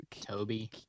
Toby